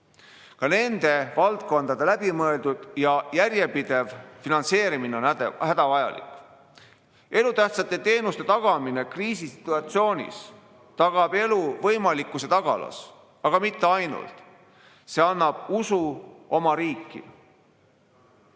Ka nende valdkondade läbimõeldud ja järjepidev finantseerimine on hädavajalik. Elutähtsate teenuste tagamine kriisisituatsioonis tagab elu võimalikkuse tagalas. Aga mitte ainult. See annab usu oma riiki.